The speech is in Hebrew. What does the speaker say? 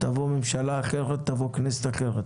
תבוא ממשלה אחרת, תבוא כנסת אחרת.